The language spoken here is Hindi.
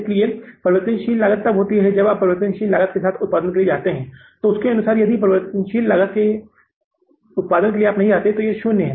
इसलिए परिवर्तनशील लागत तब होती है यदि आप परिवर्तनशील लागत के साथ उत्पादन के लिए जाते हैं तो उसके अनुसार यदि आप परिवर्तनशील लागत के उत्पादन के लिए नहीं जाते हैं तो यह शून्य है